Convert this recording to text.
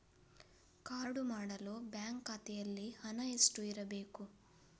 Card ಮಾಡಲು bank ಖಾತೆಯಲ್ಲಿ ಹಣ ಎಷ್ಟು ಇರಬೇಕು?